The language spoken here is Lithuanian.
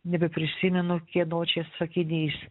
nebeprisimenu kieno čia sakinys